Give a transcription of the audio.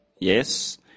yes